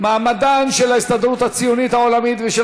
מעמדן של ההסתדרות הציונית העולמית ושל